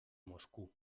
moscú